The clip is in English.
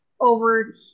over